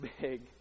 big